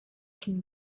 can